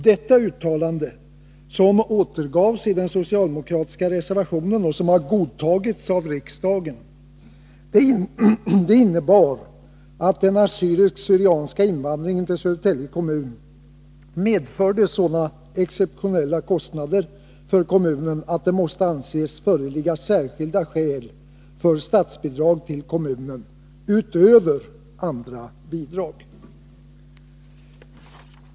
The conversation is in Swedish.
Detta uttalande, som återgavs i den socialdemokratiska reservationen och som har godtagits av riksdagen, gick ut på att den assyrisk-syrianska invandringen till Södertälje kommun medfört sådana exceptionella kostnader att särskilda skäl måste anses föreligga för statsbidrag till kommunen, utöver andra bidrag.